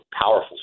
powerful